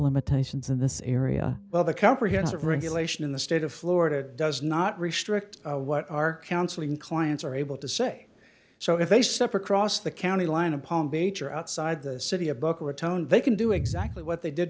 limitations in this area well the comprehensive regulation in the state of florida does not restrict what our counseling clients are able to say so if they step across the county line in palm beach or outside the city a book or a tone they can do exactly what they did